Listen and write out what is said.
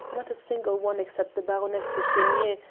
not a single one except the baroness de chenier,